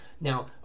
Now